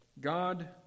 God